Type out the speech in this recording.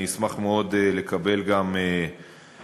אשמח מאוד לקבל גם הערות.